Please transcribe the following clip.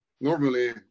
normally